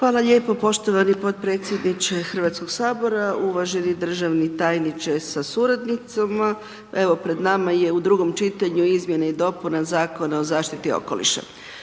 Hvala lijepo uvaženi podpredsjedniče Hrvatskog sabora, poštovani državni tajniče sa suradnicama, evo pred nama je izmjena i dopuna Zakona o zaštiti zraka